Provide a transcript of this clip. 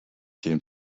came